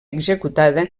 executada